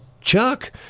Chuck